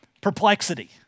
perplexity